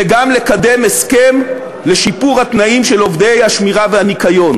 וגם לקדם הסכם לשיפור התנאים של עובדי השמירה והניקיון.